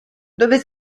dove